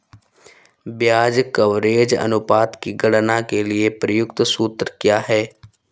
ब्याज कवरेज अनुपात की गणना के लिए प्रयुक्त सूत्र क्या है?